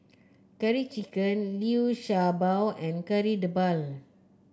Curry Chicken Liu Sha Bao and Kari Debal